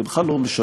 זה בכלל לא משנה.